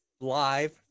live